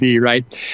right